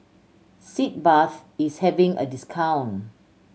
Sitz Bath is having a discount